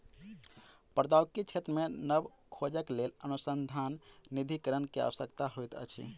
प्रौद्योगिकी क्षेत्र मे नब खोजक लेल अनुसन्धान निधिकरण के आवश्यकता होइत अछि